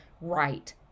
right